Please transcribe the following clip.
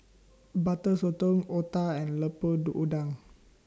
Butter Sotong Otah and Lemper Do Udang